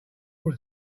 all